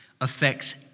affects